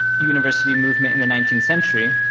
university movement in the nineteenth century,